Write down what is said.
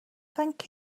thank